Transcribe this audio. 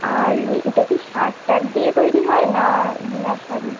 আর এ এটা কি সার টার দিয়ে তৈরি হয় না বিনা সারে